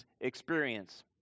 experience